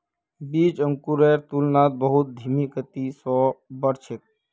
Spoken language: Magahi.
बीज अंकुरेर तुलनात बहुत धीमी गति स बढ़ छेक